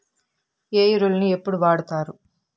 ఏ ఎరువులని ఎప్పుడు వాడుతారు?